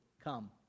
Come